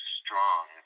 strong